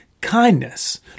kindness